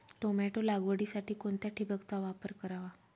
Tomato लागवडीसाठी कोणत्या ठिबकचा वापर करावा?